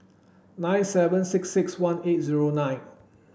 nine seven six six one eight zero nine